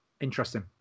interesting